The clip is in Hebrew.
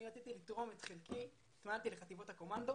אני רציתי לתרום את חלקי והתנדבתי לחטיבות הקומנדו.